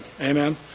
Amen